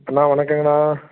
அண்ணா வணக்கங்கண்ணா